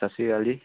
ਸਤਿ ਸ਼੍ਰੀ ਅਕਾਲ ਜੀ